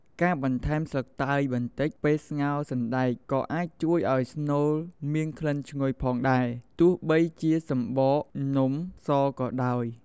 ការបន្ថែមស្លឹកតើយបន្តិចពេលស្ងោរសណ្ដែក ក៏អាចជួយឲ្យស្នូលមានក្លិនឈ្ងុយផងដែរ ទោះបីជាសំបកនំសក៏ដោយ។